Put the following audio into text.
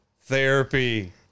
Therapy